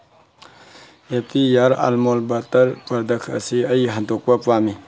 happy ꯌꯥꯔ ꯑꯜꯃꯣꯟ ꯕꯇꯔ ꯄ꯭ꯔꯗꯛ ꯑꯁꯤ ꯑꯩ ꯍꯟꯗꯣꯛꯞ ꯄꯥꯝꯃꯤ